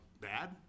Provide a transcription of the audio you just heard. bad